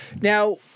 Now